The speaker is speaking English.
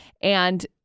and-